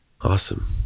Awesome